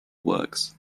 works